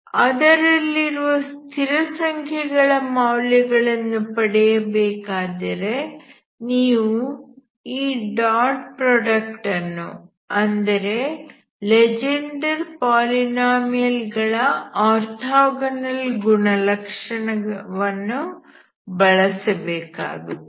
ಅದರಲ್ಲಿರುವ ಸ್ಥಿರಸಂಖ್ಯೆಗಳ ಮೌಲ್ಯಗಳನ್ನು ಪಡೆಯಬೇಕಾದರೆ ನೀವು ಈ ಡಾಟ್ ಪ್ರಾಡಕ್ಟ್ ಅನ್ನು ಅಂದರೆ ಲೆಜೆಂಡರ್ ಪಾಲಿನೋಮಿಯಲ್ ಗಳ ಆರ್ಥೋಗೋನಲ್ ಗುಣಲಕ್ಷಣವನ್ನು ಬಳಸಬೇಕಾಗುತ್ತದೆ